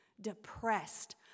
depressed